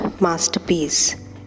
Masterpiece